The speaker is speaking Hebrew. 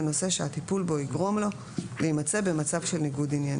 שהטיפול בו יגרום לו להימצא במצב של ניגוד עניינים.